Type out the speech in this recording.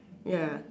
ya